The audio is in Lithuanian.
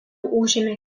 užėmė